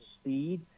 speed